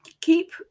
keep